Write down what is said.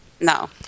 No